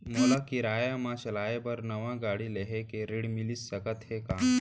मोला किराया मा चलाए बर नवा गाड़ी लेहे के ऋण मिलिस सकत हे का?